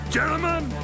Gentlemen